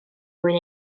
mwyn